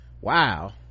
wow